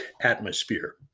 atmosphere